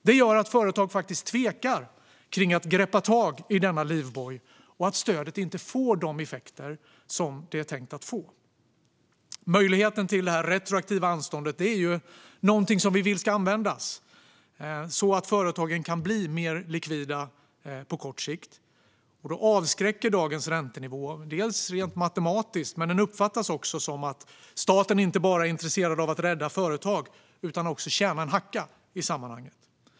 Det gör att företag tvekar att greppa tag i denna livboj och att stödet inte får de effekter som det är tänkt att få. Möjligheten till retroaktivt anstånd är ju någonting som vi vill ska användas så att företagen kan bli mer likvida på kort sikt. Dagens räntenivå avskräcker - dels avskräcker den rent matematiskt, dels uppfattas det som som att staten inte bara är intresserad av att rädda företag utan också av att tjäna en hacka i sammanhanget.